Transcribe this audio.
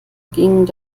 ging